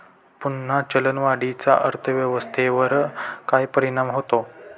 पुन्हा चलनवाढीचा अर्थव्यवस्थेवर काय परिणाम होतो